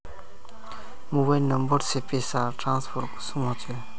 Mobile number से पैसा transfer कुंसम होचे?